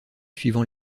suivant